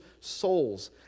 souls